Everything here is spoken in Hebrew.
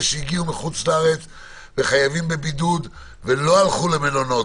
שהגיעו מחו"ל וחייבים בבידוד ולא הלכו למלונות,